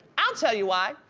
i'll tell you why,